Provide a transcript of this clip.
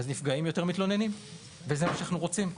נפגעים מתלוננים יותר, וזה מה שאנחנו רוצים.